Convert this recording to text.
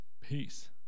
Peace